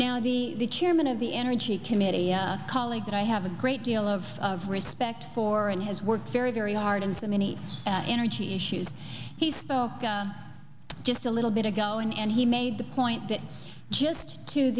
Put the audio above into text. now the chairman of the energy committee a colleague that i have a great deal of respect for and has worked very very hard in so many energy issues he spoke just a little bit ago and he made the point that just to